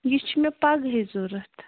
یہِ چھِ مےٚ پگہٕے ضوٚرَتھ